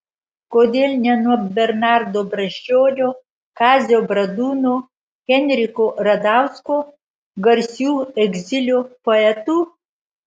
kodėl ne nuo bernardo brazdžionio kazio bradūno henriko radausko garsių egzilio poetų